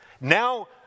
Now